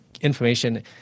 information